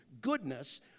goodness